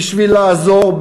בשביל לעזור,